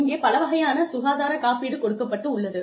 இங்கே பல வகையான சுகாதார காப்பீடு கொடுக்கப்பட்டுள்ளது